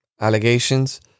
allegations